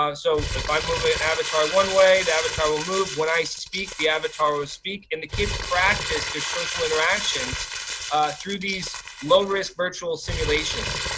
um so, if i move ah an avatar one way the avatar will move, when i speak the avatar will speak and the kids practice their social interactions through these low risk virtual simulations.